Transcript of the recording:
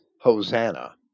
hosanna